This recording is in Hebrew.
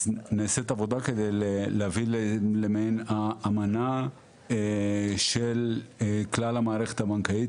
אז נעשית עבודה כדי להביא למעין אמנה של כלל המערכת הבנקאית,